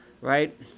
right